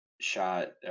shot